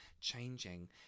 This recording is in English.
changing